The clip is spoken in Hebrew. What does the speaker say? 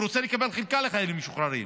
והוא רוצה לקבל חלקה לחיילים משוחררים.